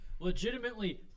legitimately